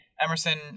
Emerson